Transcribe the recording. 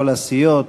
כל הסיעות,